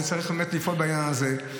וצריך באמת לפעול בעניין הזה.